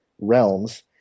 realms